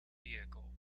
vehicle